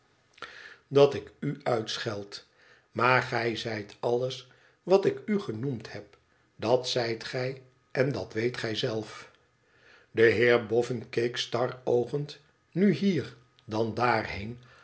dat ik u uitscheld maar gij zijt alles wat ik u genoemd heb dat zijt gij en dat weet gij zelf de heer boffin keek staroogend nu hier dan ddrheen